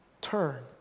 Turn